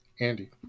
Andy